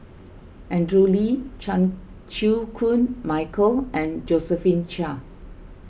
Andrew Lee Chan Chew Koon Michael and Josephine Chia